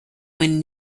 when